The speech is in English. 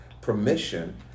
permission